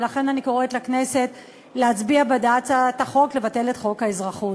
ולכן אני קוראת לכנסת להצביע בעד הצעת החוק לבטל את חוק האזרחות.